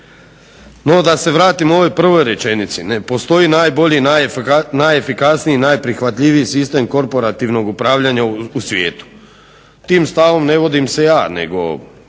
No, da se vratim ovoj prvoj rečenici. Ne postoji najbolji, najefikasniji, najprihvatljiviji sistem korporativnog upravljanja u svijetu. Tim stavom ne vodim se ja nego